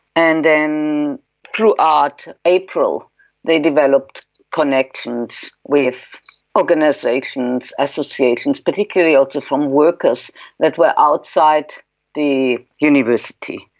and then throughout april they developed connections with organisations, associations, particularly also from workers that were outside the university.